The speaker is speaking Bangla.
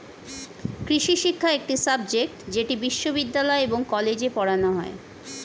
কৃষিশিক্ষা একটি সাবজেক্ট যেটি বিশ্ববিদ্যালয় এবং কলেজে পড়ানো হয়